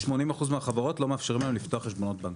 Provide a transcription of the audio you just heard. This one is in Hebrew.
ל-80% מהחברות לא מאפשרים לפתוח חשבונות בנק.